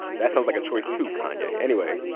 that sounds like a choice too, kanye. anyway,